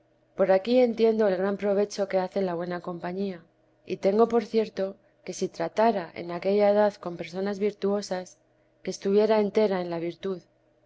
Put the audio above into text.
por aquí entiendo el gran provecho que hace la buena compañía y tengo por cierto que si tratara en aquella edad con personas virtuosas que estuviera entera en la virtud